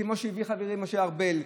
וכמו שהביא חברי משה ארבל,